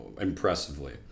impressively